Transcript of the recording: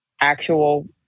actual